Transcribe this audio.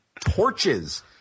torches